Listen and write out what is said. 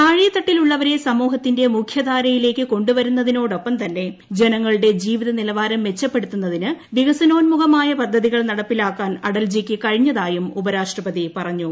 താഴേതട്ടിലുള്ളവരെ സമൂഹത്തിന്റെ മുഖ്യധാരയിലേക്ക് കൊണ്ടുവരുന്നതിനൊടൊപ്പം തന്നെ ജനങ്ങളുടെ ജീവിത നിലവാരം മെച്ചപ്പെടുത്തുന്നതിന് വികസനോൻമുഖമായ പദ്ധതികൾ നടപ്പിലാക്കാൻ അടൽജിയ്ക്ക് കഴിഞ്ഞതായും ഉപരാഷ്ട്രപതി പറഞ്ഞു